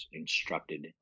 instructed